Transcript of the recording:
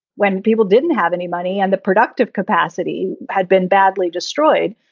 when people didn't have any money and the productive capacity had been badly destroyed.